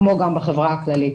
כמו גם בחברה הכללית.